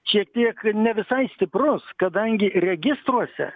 šiek tiek ne visai stiprus kadangi registruose